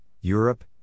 Europe